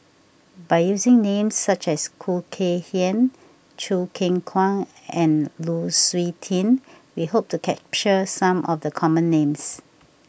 by using names such as Khoo Kay Hian Choo Keng Kwang and Lu Suitin we hope to capture some of the common names